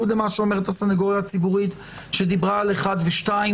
בניגוד למה שאומרת הסנגוריה הציבורית שדיברה על פסקאות (1) ו-(2),